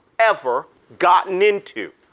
ever gotten into.